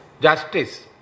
Justice